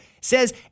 says